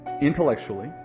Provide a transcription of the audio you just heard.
intellectually